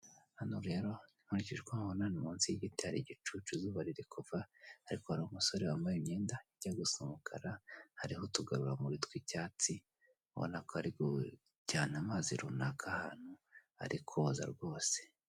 Hano rero nkurikije uko mpabona ni munsi y'igiti, hari igicucu izuba riri kuva, ariko hari umusore wambaye imyenda ijya gusa umukara, hariho utugarurarumuri tw'icyatsi, ubona ko ari kujyana amazi runaka ahantu ari koza rwose.